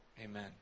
amen